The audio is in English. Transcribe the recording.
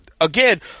again